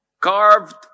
carved